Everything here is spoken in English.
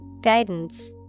Guidance